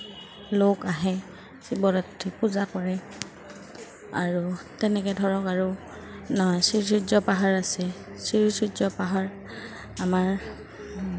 লোক আহে শিৱৰাত্ৰি পূজা কৰে আৰু তেনেকৈ ধৰক আৰু শ্ৰীচূৰ্য পাহাৰ আছে শ্ৰীচূৰ্য পাহাৰ আমাৰ